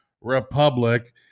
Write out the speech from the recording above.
republic